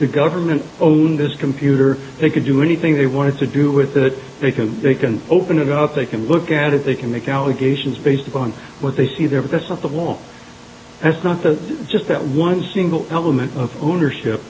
the government owned this computer they could do anything they wanted to do with it because they can open it up they can look at it they can make allegations based upon what they see there but that's not the law that's not the just that one single element of ownership